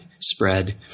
spread